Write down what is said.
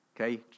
Okay